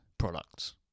products